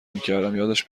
میکردم، یادش